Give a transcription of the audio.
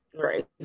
right